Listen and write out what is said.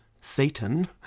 Satan